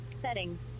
settings